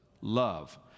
love